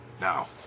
Now